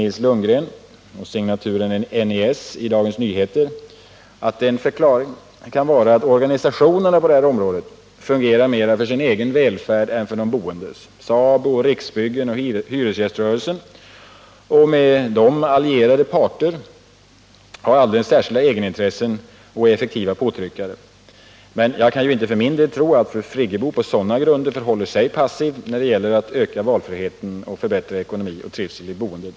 Nils Lundgren och signaturen NES i Dagens Nyheter att en förklaring kan vara att organisationerna på detta område fungerar mera för sin egen välfärd än för de boendes. SABO, Riksbyggen och hyresgäströrelsen och med dem allierade parter har alldeles särskilda egenintressen och är effektiva påtryckare. Men jag kan inte tro att fru Friggebo på sådana grunder förhåller sig passiv när det gäller att öka valfrihet och förbättra ekonomi och trivsel i boendet.